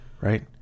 right